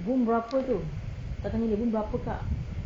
boom berapa tu tak tanya boom berapa kak